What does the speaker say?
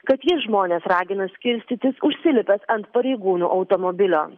kad jis žmonės ragina skirstytis užsilipęs ant pareigūnų automobilio